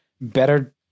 better